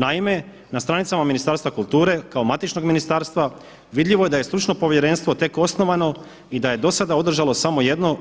Naime, na stranicama Ministarstva kulture kao matičnog ministarstva vidljivo je da je stručno povjerenstvo tek osnovano i da je do sada održalo samo jedno